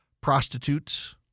prostitutes